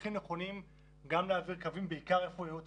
הכי נכונים גם להעביר קווים ובעיקר היכן יהיו התחנות.